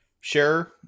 Sure